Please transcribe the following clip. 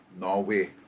Norway